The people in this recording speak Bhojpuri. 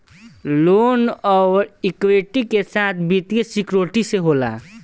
लोन अउर इक्विटी के साथ वित्तीय सिक्योरिटी से होला